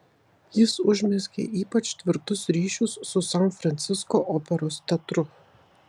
jis užmezgė ypač tvirtus ryšius su san francisko operos teatru